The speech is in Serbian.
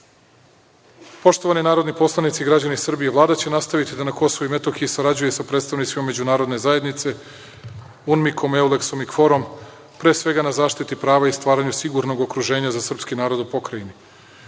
svome. Poštovani narodni poslanici i građani Srbije, Vlada će nastaviti da na Kosovu i Metohiji sarađuje i sa predstavnicima međunarodne zajednice, Unmikom, Euleksom i Kforom pre svega na zaštiti prava i stvaranju sigurnog okruženja za srpski narod u Pokrajini.